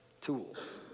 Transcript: tools